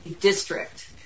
district